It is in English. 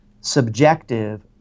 subjective